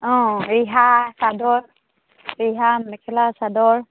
অঁ ৰিহা চাদৰ ৰিহা মেখেলা চাদৰ